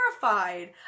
terrified